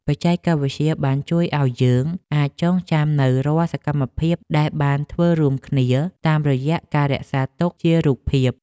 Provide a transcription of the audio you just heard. បច្ចេកវិទ្យាបានជួយឱ្យយើងអាចចងចាំនូវរាល់សកម្មភាពដែលបានធ្វើរួមគ្នាតាមរយៈការរក្សាទុកជារូបភាព។